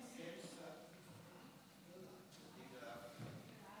אדוני היושב-ראש, חברי